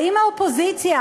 האם האופוזיציה,